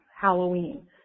Halloween